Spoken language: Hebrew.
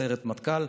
בסיירת מטכ"ל,